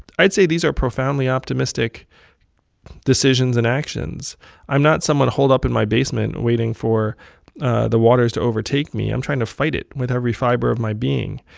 i'd say these are profoundly optimistic decisions and actions i'm not someone holed up in my basement waiting for the waters to overtake me. i'm trying to fight it with every fiber of my being.